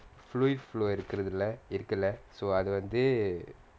fluid flow இருக்குருதில்ல இருக்கில்ல:irukuruthilla irukilla so அது வந்து:athu vanthu